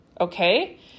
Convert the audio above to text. okay